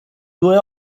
due